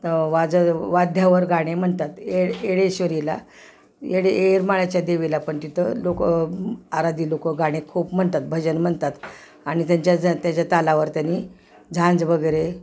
वाज वाड्यावर गाणे म्हणतात ए येडेश्वरीला येडे एरमाळ्याच्या देवीला पण तिथं लोकं आराधी लोकं गाणे खूप म्हणतात भजन म्हणतात आणि त्यांच्या ज त्याच्या तालावर त्यांनी झांज वगैरे